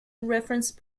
reference